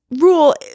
rule